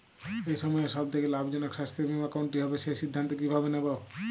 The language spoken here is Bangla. এই সময়ের সব থেকে লাভজনক স্বাস্থ্য বীমা কোনটি হবে সেই সিদ্ধান্ত কীভাবে নেব?